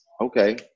okay